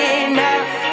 enough